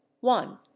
one